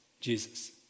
Jesus